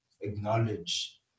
acknowledge